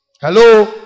Hello